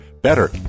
better